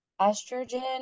estrogen